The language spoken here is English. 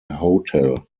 hotel